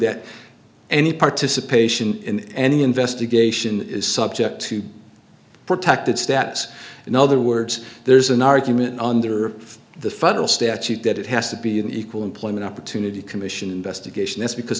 that any participation in any investigation is subject to protected status in other words there's an argument under the federal statute that it has to be an equal employment opportunity commission investigation that's because